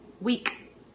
week